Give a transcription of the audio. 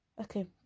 Okay